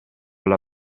alla